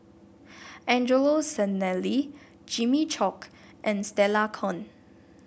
Angelo Sanelli Jimmy Chok and Stella Kon